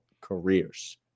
careers